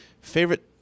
favorite